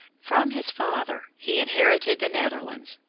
from his father he inherited the netherlands,